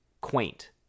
quaint